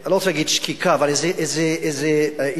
אני לא רוצה להגיד שקיקה, אבל איזו התאהבות